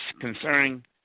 concerning